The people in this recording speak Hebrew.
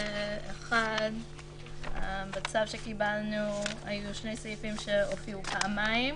אחד בצו שקיבלנו היו שני סעיפים שהופיעו פעמיים: